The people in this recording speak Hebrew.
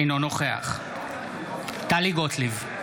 אינו נוכח טלי גוטליב,